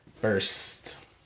First